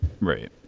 Right